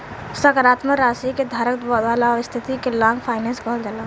सकारात्मक राशि के धारक वाला स्थिति के लॉन्ग फाइनेंस कहल जाला